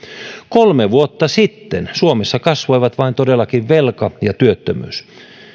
kolme vuotta sitten suomessa kasvoivat todellakin vain velka ja työttömyys